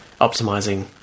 optimizing